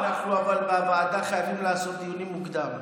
אבל אנחנו בוועדה חייבים לעשות דיונים מוקדם,